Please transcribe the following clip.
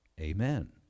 Amen